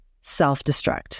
self-destruct